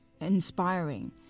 inspiring